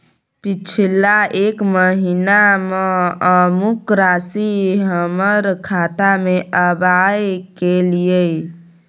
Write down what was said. पिछला एक महीना म अमुक राशि हमर खाता में आबय कैलियै इ?